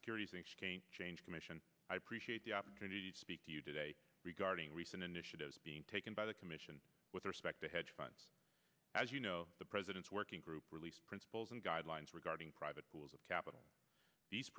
securities exchange change commission i appreciate the opportunity to speak to you today regarding recent initiatives being taken by the commission with respect to hedge funds as you know the president's working group released principles and guidelines regarding private pools of capital these